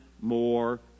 more